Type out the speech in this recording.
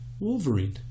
Wolverine